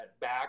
back